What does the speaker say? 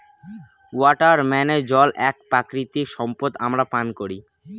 water মানে জল এক প্রাকৃতিক সম্পদ আমরা পান করি